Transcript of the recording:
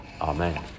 Amen